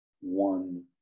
one